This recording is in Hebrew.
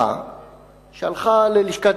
הוא מקבל הוראות,